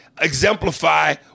exemplify